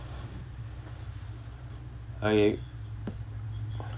okay